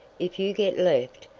if you get left,